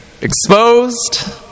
exposed